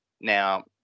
Now